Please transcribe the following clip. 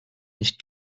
nicht